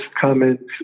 comments